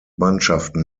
mannschaften